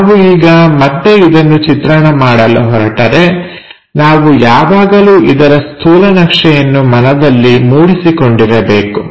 ನಾವು ಈಗ ಮತ್ತೆ ಇದನ್ನು ಚಿತ್ರಣ ಮಾಡಲು ಹೊರಟರೆ ನಾವು ಯಾವಾಗಲೂ ಇದರ ಸ್ಥೂಲ ನಕ್ಷೆಯನ್ನು ಮನದಲ್ಲಿ ಮೂಡಿಸಿಕೊಂಡಿರಬೇಕು